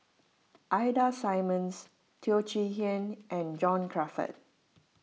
Ida Simmons Teo Chee Hean and John Crawfurd